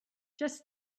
just